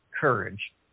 Courage